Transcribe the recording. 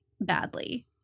badly